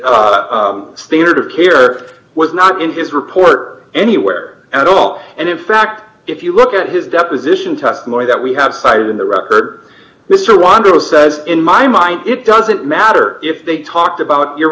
standard of care was not in his report anywhere at all and in fact if you look at his deposition testimony that we have cited in the record mr wander says in my mind it doesn't matter if they talked about your